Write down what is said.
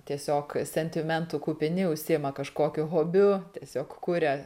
tiesiog sentimentų kupini užsiima kažkokiu hobiu tiesiog kuria